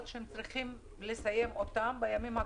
שהם חייבים לסיים אותם בימים הקרובים.